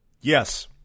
Yes